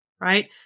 right